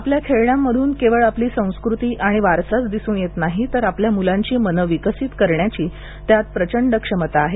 आपल्या खेळण्यांमधून केवळ आपली समृद्ध संस्कृती आणि वारसाच दिसून येत नाही तर आपल्या मुलांची मने विकसित करण्याची प्रचंड क्षमता आहे